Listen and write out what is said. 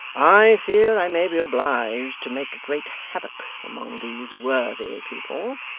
i fear i may be obliged to make great havoc among these worthy people.